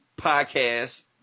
podcast